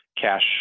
cash